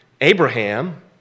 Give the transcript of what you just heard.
Abraham